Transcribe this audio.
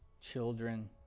children